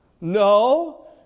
No